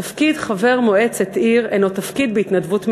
תפקיד חבר מועצת עיר הנו תפקיד בהתנדבות מלאה.